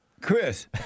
Chris